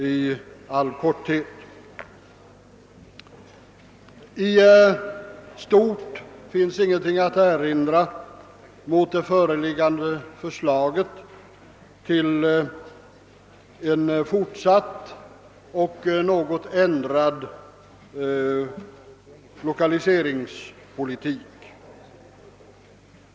I stort sett finns det ingenting att erinra mot det föreliggande förslaget till en fortsatt och något ändrad lokaliseringspolitik.